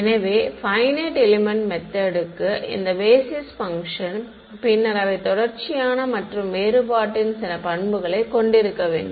எனவே finite element method க்கு இந்த பேஸிஸ் பங்க்ஷன் பின்னர் அவை தொடர்ச்சியான மற்றும் வேறுபாட்டின் சில பண்புகளைக் கொண்டிருக்க வேண்டும்